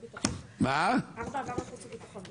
4 עבר לחוץ וביטחון.